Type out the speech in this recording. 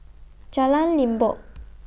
Jalan Limbok